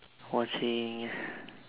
watching